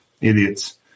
idiots